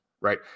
right